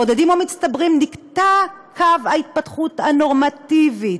בודדים או מצטברים, נקטע קו ההתפתחות הנורמטיבית,